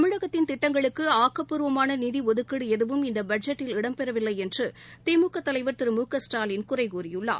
தமிழகத்தின் திட்டங்களுக்கு ஆக்கப்பூர்வமான நிதி ஒதுக்கீடு எதுவும் இந்த பட்ஜெட்டில் இடம்பெறவில்லை என்று கலைவர் திமுக திரு மு க ஸ்டாலின் குறை கூறியுள்ளார்